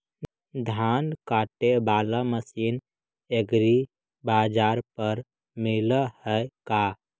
धान काटे बाला मशीन एग्रीबाजार पर मिल है का?